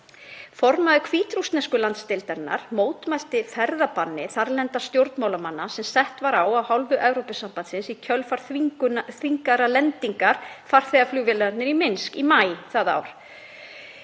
Formaður hvítrússnesku landsdeildarinnar mótmælti ferðabanni þarlendra stjórnmálamanna sem sett var á af hálfu Evrópusambandsins í kjölfar þvingaðrar lendingar farþegaflugvélar í Minsk í maí það ár.